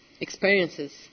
experiences